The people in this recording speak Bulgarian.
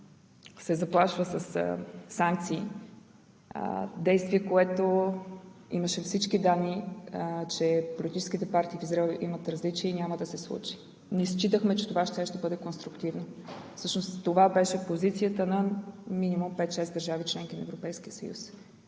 се заплашва със санкции действието, за което имаше всички данни, че политическите партии в Израел имат различия и няма да се случи. Ние считахме, че сега това ще бъде конструктивно. Всъщност това беше позицията на минимум пет-шест държави – членки на Европейския съюз.